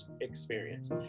experience